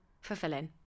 fulfilling